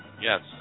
Yes